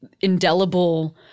indelible